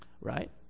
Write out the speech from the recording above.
Right